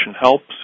helps